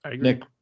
Nick